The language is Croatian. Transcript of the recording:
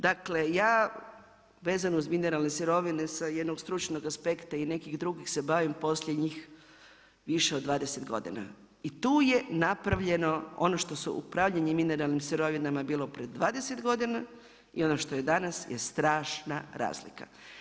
Dakle, ja vezano uz mineralne sirovine sa jednog stručnog aspekta i nekih drugih se bavim posljednjih više od 20 godina i tu je napravljeno ono što je upravljanje mineralnim sirovinama bilo pred 20 godina i ono što je danas je strašna razlika.